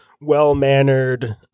well-mannered